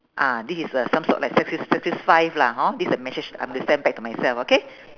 ah this is a some sort like sacri~ sacrifice lah hor this is a message I am gonna send back to myself okay